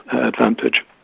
advantage